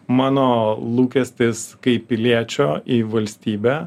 mano lūkestis kaip piliečio į valstybę